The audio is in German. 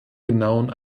genauen